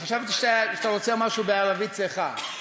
חשבתי שאתה רוצה משהו בערבית צחה.